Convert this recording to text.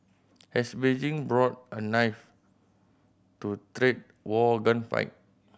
has Beijing brought a knife to trade war gunfight